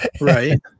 Right